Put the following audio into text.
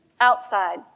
outside